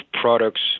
products